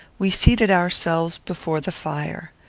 we seated ourselves before the fire.